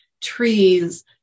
trees